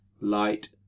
light